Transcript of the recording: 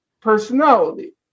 personality